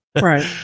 Right